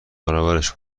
برابرش